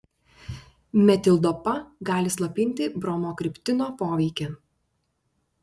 metildopa gali slopinti bromokriptino poveikį